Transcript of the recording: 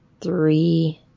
three